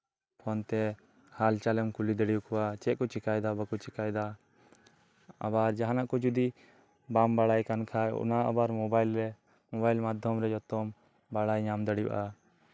ᱯᱷᱳᱱᱛᱮ ᱦᱟᱞᱪᱟᱞᱮᱢ ᱠᱩᱞᱤ ᱫᱟᱲᱤᱭᱟᱠᱩᱣᱟ ᱪᱮᱫ ᱠᱚ ᱪᱮᱠᱟᱭ ᱫᱟ ᱵᱟᱠᱚ ᱪᱮᱠᱟᱭ ᱫᱟ ᱟᱵᱟᱨ ᱡᱟᱦᱟᱱᱟᱜ ᱠᱚ ᱡᱚᱫᱤ ᱵᱟᱢᱵᱟᱲᱟᱭ ᱠᱟᱱ ᱠᱷᱟᱱ ᱚᱱᱟ ᱟᱵᱟᱨ ᱢᱚᱵᱟᱭᱤᱞᱨᱮ ᱢᱚᱵᱟᱭᱤᱞ ᱢᱩᱫᱷᱚᱢ ᱨᱮ ᱡᱚᱛᱚᱢ ᱵᱟᱲᱟᱭ ᱧᱟᱢ ᱫᱟᱲᱚᱭᱟᱜ ᱟ